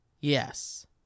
yes